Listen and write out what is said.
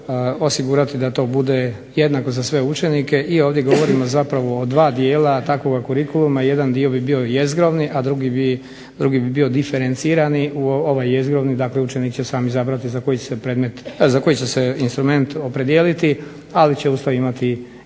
da to bude jednako za sve učenike, i ovdje govorimo zapravo o dva dijela takvoga kurikuluma, jedan dio bi bio jezgrovni, a drugi bi bio diferencirani u ovaj jezgrovni, dakle učenik će sam izabrati za koji će se predmet, za koji će se instrument opredijeliti, ali će uz to imati i